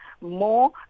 more